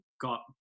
got